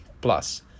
plus